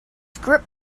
script